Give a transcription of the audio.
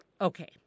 Okay